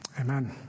Amen